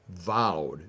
vowed